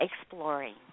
exploring